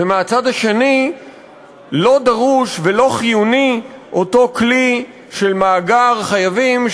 ומהצד השני לא דרוש ולא חיוני אותו כלי של מאגר חייבים,